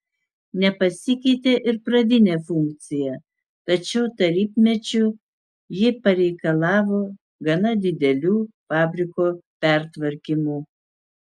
nepasikeitė ir pradinė funkcija tačiau tarybmečiu ji pareikalavo gana didelių fabriko pertvarkymų